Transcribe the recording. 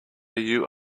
you